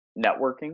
networking